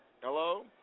Hello